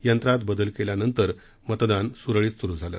यंत्रात बदल केल्यानंतर मतदान सुरळीत सुरू झालं